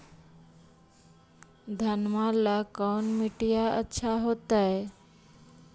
घनमा ला कौन मिट्टियां अच्छा होतई?